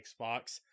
Xbox